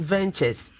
Ventures